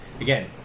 again